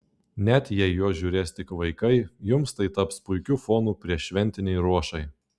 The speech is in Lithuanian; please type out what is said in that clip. net jei juos žiūrės tik vaikai jums tai taps puikiu fonu prieššventinei ruošai